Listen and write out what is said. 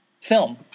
film